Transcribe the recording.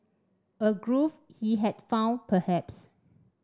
a groove he had found perhaps